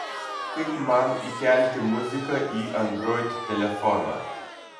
kaip man įkelti muziką į android telefoną